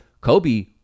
Kobe